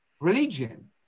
religion